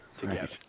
together